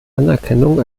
anerkennung